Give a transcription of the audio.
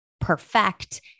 perfect